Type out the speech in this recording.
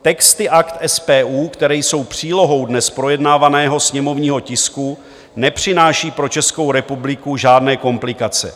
Texty Akt SPU, které jsou přílohou dnes projednávaného sněmovního tisku, nepřináší pro Českou republiku žádné komplikace.